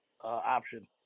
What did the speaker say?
option